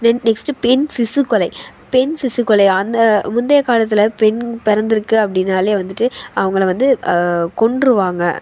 தென் next பெண் சிசு கொலை பெண் சிசு கொலை அந்த முந்தைய காலத்தில் பெண் பிறந்துருக்கு அப்படின்னாலே வந்துட்டு அவங்கள வந்து கொன்றுவாங்க